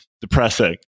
depressing